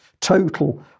total